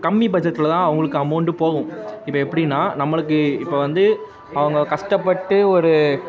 கம்மி பட்ஜெட்டில் தான் அவங்களுக்கு அமௌண்ட்டு போகும் இப்போ எப்படின்னா நம்மளுக்கு இப்போ வந்து அவங்க கஷ்டப்பட்டு ஒரு